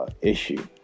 issue